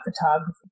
photography